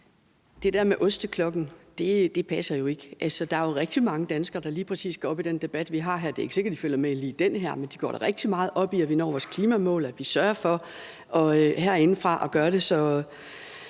Det der med osteklokken passer jo ikke. Altså, der er jo rigtig mange danskere, der lige præcis går op i den debat, vi har her. Det er ikke sikkert, de følger med i lige den her, men de går da rigtig meget op i, at vi når vores klimamål, og at vi herindefra sørger for at gøre det